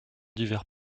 divers